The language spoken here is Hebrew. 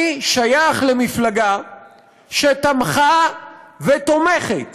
אני שייך למפלגה שתמכה ותומכת